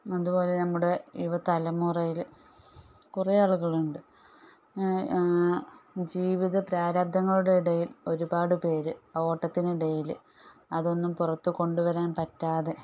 അതുപോലെ നമ്മുടെ യുവ തലമുറയിൽ കുറേ ആളുകളുണ്ട് ജീവിത പ്രാരബ്ധങ്ങളുടെ ഇടയിൽ ഒരുപാട് പേർ ഓട്ടത്തിനിടയിൽ അതൊന്നും പുറത്ത് കൊണ്ടുവരാൻ പറ്റാതെ